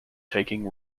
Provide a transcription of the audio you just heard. taking